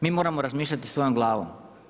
Mi moramo razmišljati svojom glavom.